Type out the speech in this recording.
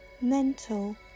mental